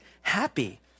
happy